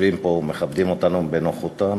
שיושבים פה ומכבדים אותנו בנוכחותם.